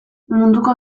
munduko